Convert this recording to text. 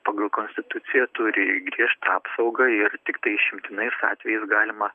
pagal konstituciją turi griežtą apsaugą ir tiktai išimtinais atvejais galima